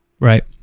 Right